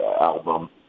album